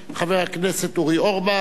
חבר הכנסת אורי אורבך,